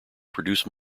produce